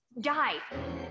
Die